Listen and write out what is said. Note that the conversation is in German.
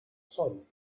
zoll